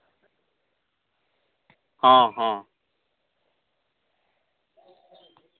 ᱦᱚᱸ ᱦᱚᱸ